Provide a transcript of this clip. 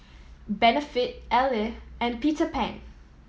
Benefit Elle and Peter Pan